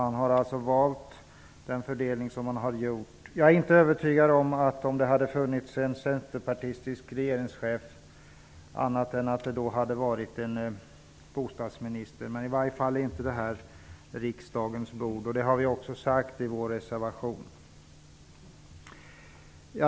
Han har valt den fördelning han har gjort. Det hade förmodlingen funnits en bostadsminister om regeringschefen hade varit centerpartistisk. Men detta är inte riksdagens bord, och det har vi också skrivit i vår reservation.